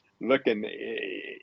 looking